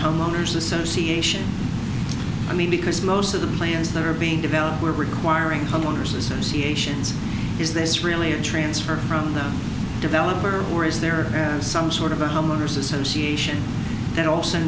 homeowners association i mean because most of the plans that are being developed were requiring homeowners associations is this really a transfer from the developer or is there some sort of a homeowner's association that also